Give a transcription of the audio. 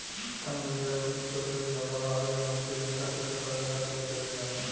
conveyor belt के उपयोग ज्यादा भारी आनाज के एक जगह से दूसरा जगह पर ले जाईल जाला